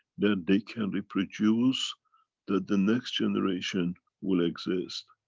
that they can reproduce that the next generation will exist.